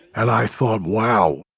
and i thought, wow,